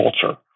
culture